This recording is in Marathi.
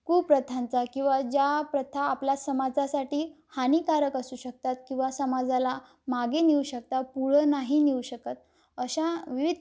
कूप्रथांचा किंवा ज्या प्रथा आपल्या समाजासाठी हानिकारक असू शकतात किंवा समाजाला मागे नेऊ शकता पुढे नाही नेऊ शकत अशा विविध